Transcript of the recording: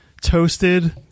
Toasted